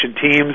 teams